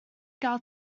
gael